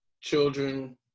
children